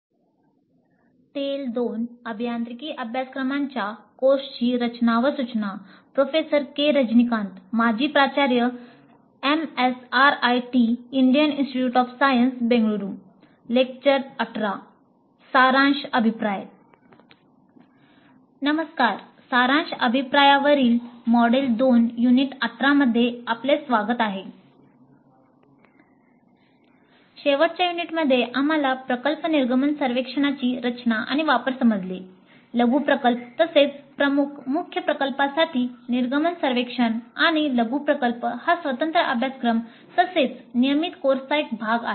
नमस्कार सारांश अभिप्रायावरील मॉडेल 2 युनिट 18 मध्ये आपले स्वागत आहे शेवटच्या युनिटमध्ये आम्हाला प्रकल्प निर्गमन सर्वेक्षणांची रचना आणि वापर समजले लघु प्रकल्प तसेच प्रमुख मुख्य प्रकल्पांसाठी निर्गमन सर्वेक्षण आणि लघु प्रकल्प हा स्वतंत्र अभ्यासक्रम तसेच नियमित कोर्सचा एक भाग आहेत